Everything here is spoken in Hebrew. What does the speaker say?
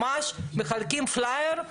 ממש מחלקים פלייר,